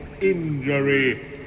injury